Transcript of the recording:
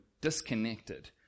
disconnected